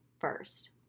first